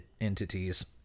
entities